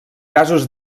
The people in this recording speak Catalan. gasos